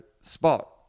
spot